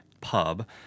pub